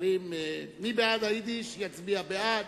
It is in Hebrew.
מי שבעד היידיש, יצביע בעד.